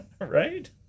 Right